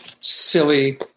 silly